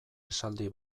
esaldi